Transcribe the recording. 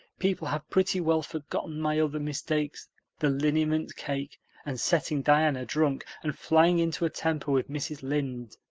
people have pretty well forgotten my other mistakes the liniment cake and setting diana drunk and flying into a temper with mrs. lynde.